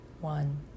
one